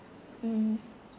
mmhmm